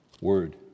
word